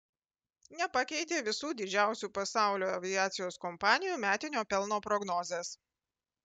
nepakeitė visų didžiausių pasaulio aviacijos kompanijų metinio pelno prognozės